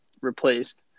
replaced